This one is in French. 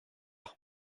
pas